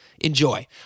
enjoy